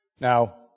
Now